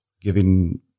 giving